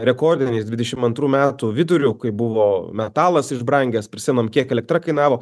rekordiniais dvidešim antrų metų viduriu kai buvo metalas išbrangęs prisimenam kiek elektra kainavo